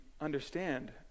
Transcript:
understand